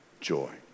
joy